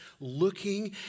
looking